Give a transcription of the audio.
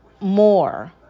more